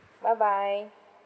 bye bye